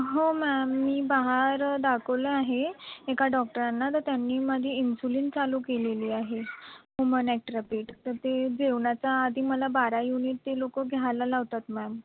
हो मॅम मी बाहर दाखवलं आहे एका डॉक्टरांना तर त्यांनी माझी इंसुलिन चालू केलेली आहे हूमनॲट्रापिट तर ते जेवणाच्या आधी मला बारा युनिट ते लोक घ्यायला लावतात मॅम